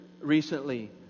recently